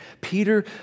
Peter